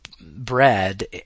bread